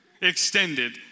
extended